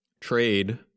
trade